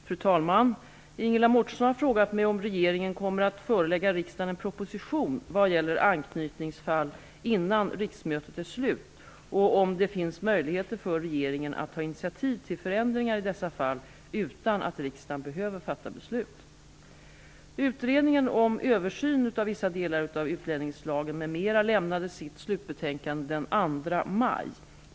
Fru talman! Ingela Mårtensson har frågat mig om regeringen kommer att förelägga riksdagen en proposition vad gäller anknytningsfall innan riksmötet är slut och om det finns möjligheter för regeringen att ta initiativ till förändringar i dessa fall utan att riksdagen behöver fatta beslut. Utredningen om översyn av vissa delar av utlänningslagen m.m. lämnade sitt slutbetänkande den 2 maj.